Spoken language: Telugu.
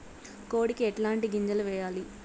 కోడికి ఎట్లాంటి గింజలు వేయాలి?